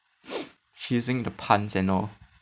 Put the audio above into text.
she using the puns and all